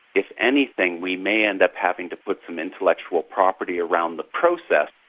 if anything, we may end up having to put some intellectual property around the process,